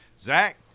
Zach